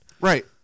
Right